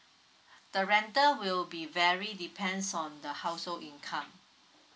the rental will be vary depends on the household income